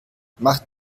macht